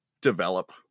develop